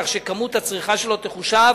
כך שכמות הצריכה שלו תחושב